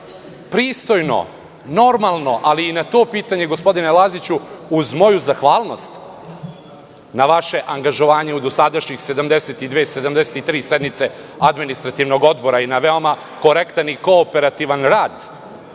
pristojno, normalno. Ali, i na to pitanje, gospodine Laziću, uz moju zahvalnost na vaše angažovanje u dosadašnjih 73 sednice Administrativnog odbora i na veoma korektan i kooperativan rad,